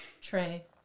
Trey